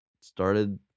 started